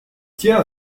tient